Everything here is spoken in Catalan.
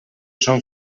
són